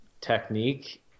technique